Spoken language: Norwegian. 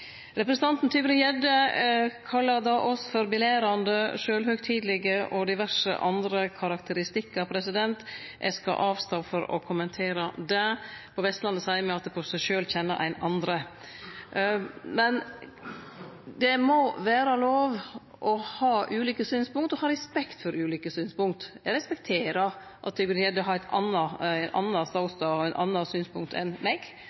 Representanten Tybring-Gjedde kalla oss «belærende», «selvhøytidelige» og brukte diverse andre karakteristikkar. Eg skal avstå frå å kommentere det – på Vestlandet seier me at på seg sjølv kjenner ein andre. Men det må vere lov å ha ulike synspunkt – og å ha respekt for ulike synspunkt. Eg respekterer at Tybring-Gjedde har ein annan ståstad og eit anna synspunkt enn meg.